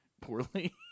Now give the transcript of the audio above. poorly